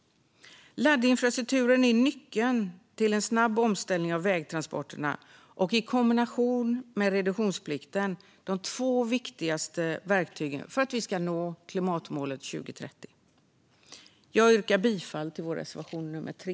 Laddinfrastrukturen är nyckeln till en snabb omställning av vägtransporterna. Den och reduktionsplikten är de två viktigaste verktygen för att vi ska nå klimatmålet 2030. Jag yrkar bifall till reservation nummer 3.